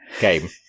game